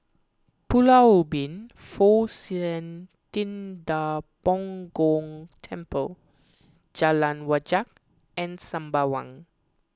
Pulau Ubin Fo Shan Ting Da Bo Gong Temple Jalan Wajek and Sembawang